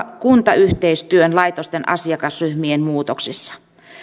kuntayhteistyön laitosten asiakasryhmien muutoksissa